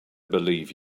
believe